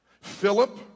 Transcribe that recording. Philip